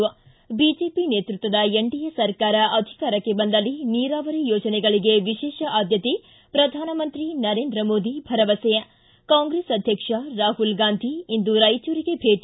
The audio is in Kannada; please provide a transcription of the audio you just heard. ಿ ಬಿಜೆಪಿ ನೇತೃತ್ವದ ಎನ್ಡಿಎ ಸರ್ಕಾರ ಅಧಿಕಾರಕ್ಕೆ ಬಂದಲ್ಲಿ ನೀರಾವರಿ ಯೋಜನೆಗಳಗೆ ವಿಶೇಷ ಆದ್ಯತೆ ಪ್ರಧಾನಮಂತ್ರಿ ನರೇಂದ್ರ ಮೋದಿ ಭರವಸೆ ಿ ಕಾಂಗ್ರೆಸ್ ಅಧ್ಯಕ್ಷ ರಾಹುಲ್ ಗಾಂಧಿ ಇಂದು ರಾಯಚೂರಿಗೆ ಭೇಟ